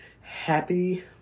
happy